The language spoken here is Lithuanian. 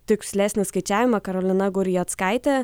tikslesnį skaičiavimą karolina gurjazkaitė